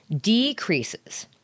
decreases